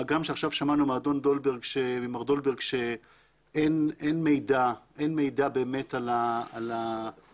מה גם ששמענו עכשיו ממר דולברג שאין מידע באמת על הפגיעה,